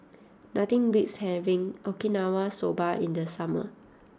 nothing beats having Okinawa Soba in the summer